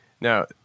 Now